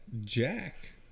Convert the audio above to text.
Jack